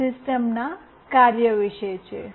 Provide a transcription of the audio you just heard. તેથી આ સિસ્ટમના કાર્ય વિશે છે